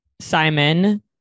Simon